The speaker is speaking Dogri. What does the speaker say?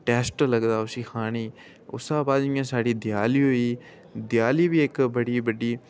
टेस्ट लगदा उसी खाने ई उस्सै बाद जि'यां साढ़ी देआली होई देआली बी इक्क बड़ी बड्डी